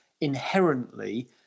inherently